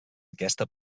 aquesta